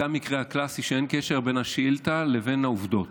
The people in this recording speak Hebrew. זה המקרה הקלאסי שאין קשר בין השאילתה לבין העובדות.